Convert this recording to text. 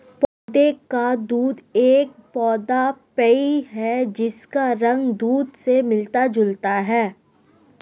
पौधे का दूध एक पौधा पेय है जिसका रंग दूध से मिलता जुलता है